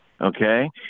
okay